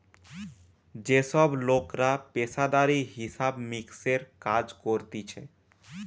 যে সব লোকরা পেশাদারি হিসাব মিক্সের কাজ করতিছে